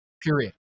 Period